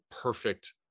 perfect